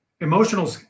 emotional